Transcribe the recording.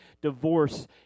divorce